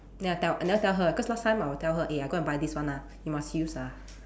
never tell I never tell her cause last time I will tell her eh I will go and buy this one ah you must use ah